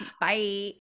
Bye